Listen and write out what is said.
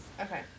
okay